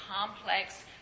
complex